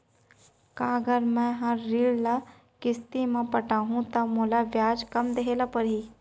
का अगर मैं हा ऋण ल किस्ती म पटाहूँ त मोला ब्याज कम देहे ल परही?